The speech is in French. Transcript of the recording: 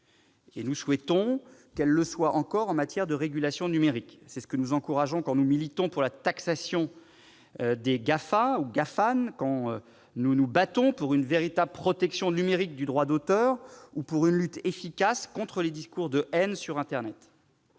et nous souhaitons qu'elle le soit encore en matière de régulation numérique. C'est ce que nous encourageons quand nous militons pour la taxation des GAFA ou des GAFAN, quand nous nous battons pour une véritable protection numérique du droit d'auteur ou pour une lutte efficace contre les discours de haine sur internet.